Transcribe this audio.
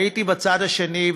הייתי בצד השני,